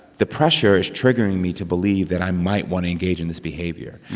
the pressure is triggering me to believe that i might want to engage in this behavior.